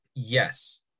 Yes